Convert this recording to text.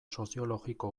soziologiko